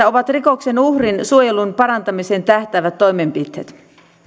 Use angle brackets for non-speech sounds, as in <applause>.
<unintelligible> ovat rikoksen uhrin suojelun parantamiseen tähtäävät toimenpiteet